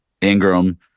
ingram